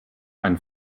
einen